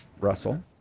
Russell